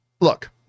Look